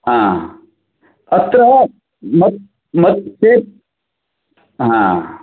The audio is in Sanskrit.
आम् अत्र मत् मत् चेत् आम्